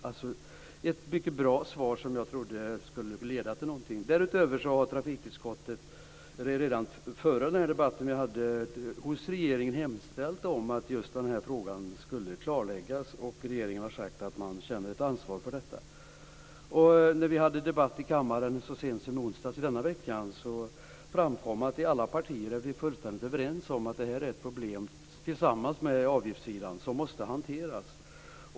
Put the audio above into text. Det är ett mycket bra svar som jag trodde skulle leda till någonting. Därutöver hade trafikutskottet redan innan den debatt vi hade hos regeringen hemställt om att just den här frågan skulle klarläggas, och regeringen har sagt att den känner ett ansvar för detta. När vi hade debatt i kammaren så sent som i onsdags i denna vecka framkom att vi i alla partier är fullständigt överens om att detta är ett problem, tillsammans med avgiftssidan, som måste hanteras.